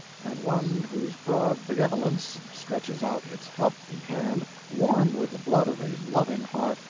and one whose broad begevolence stretches out its help ing hand, warm with the blood of a lov ing heart,